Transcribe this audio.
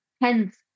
hence